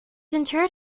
interred